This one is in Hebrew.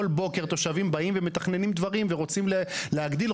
כל בוקר תושבים באים ומתכננים דברים ורוצים להגדיל,